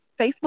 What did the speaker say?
Facebook